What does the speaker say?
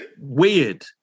weird